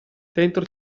dentro